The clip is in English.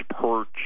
perch